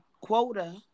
quota